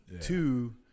Two